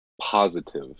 positive